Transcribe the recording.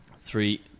Three